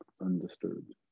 undisturbed